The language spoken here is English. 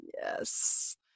Yes